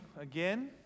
again